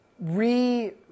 re